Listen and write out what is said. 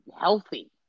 Healthy